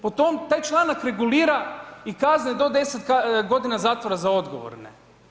Po tom, taj članak regulira i kazne do 10 godina zatvora za odgovorne.